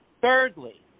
Thirdly